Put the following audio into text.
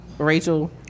Rachel